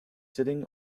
sitting